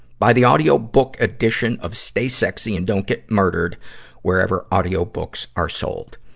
buy the audiobook edition of stay sexy and don't get murdered wherever audiobooks are sold.